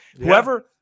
Whoever